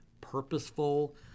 purposeful